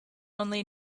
only